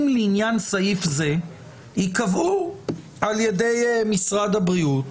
לעניין סעיף זה ייקבעו על ידי משרד הבריאות".